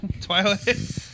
Twilight